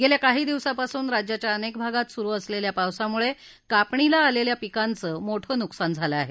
गेल्या काही दिवसापासून राज्याच्या अनेक भागात सुरू असलेल्या पावसामुळे कापणीला आलेल्या पिकांचं मोठं नुकसान झालं आहे